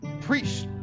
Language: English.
Preach